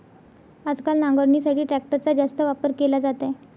आजकाल नांगरणीसाठी ट्रॅक्टरचा जास्त वापर केला जात आहे